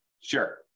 Sure